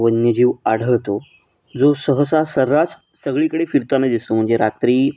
वन्यजीव आढळतो जो सहसा सर्रास सगळीकडे फिरताना दिसतो म्हणजे रात्री